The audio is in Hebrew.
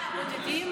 בודדים?